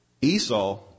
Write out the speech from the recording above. Esau